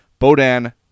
Bodan